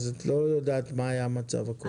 את לא יודעת מה היה המצב הקודם.